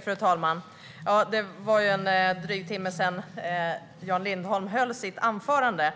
Fru talman! Det var en dryg timme sedan Jan Lindholm höll sitt anförande,